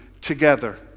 together